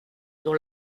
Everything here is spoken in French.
dont